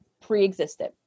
pre-existed